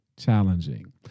Challenging